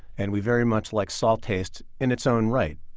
and we very much like salt taste in its own right.